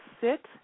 sit